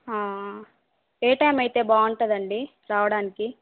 ఏ time అయితే బాగుంటుందండి రావడానికి